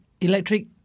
electric